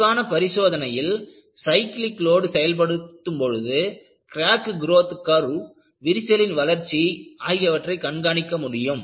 விரிவான பரிசோதனையில் cyclic load செயல்படுத்தும் பொழுது கிராக் குரோத் கர்வ் விரிசலின் வளர்ச்சி ஆகியவற்றை கண்காணிக்க முடியும்